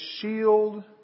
shield